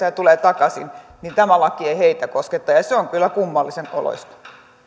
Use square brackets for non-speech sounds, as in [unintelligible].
[unintelligible] ja tulevat takaisin niin tämä laki ei heitä kosketa ja se on kyllä kummallisen oloista